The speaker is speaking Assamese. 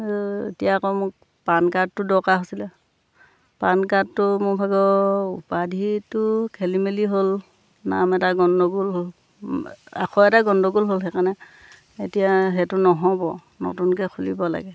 এতিয়া আকৌ মোক পান কাৰ্ডটো দৰকাৰ হৈছিলে পান কাৰ্ডটো মোৰ ভাগৰ উপাধিটো খেলি মেলি হ'ল নাম এটা গণ্ডগোল হ'ল আখৰ এটা গণ্ডগোল হ'ল সেইকাৰণে এতিয়া সেইটো নহ'ব নতুনকৈ খুলিব লাগে